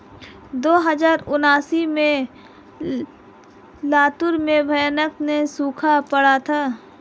दो हज़ार उन्नीस में लातूर में भयानक सूखा पड़ा था